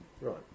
Right